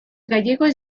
gallegos